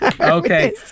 Okay